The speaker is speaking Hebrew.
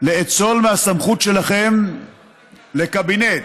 לאצול מהסמכות שלכם לקבינט,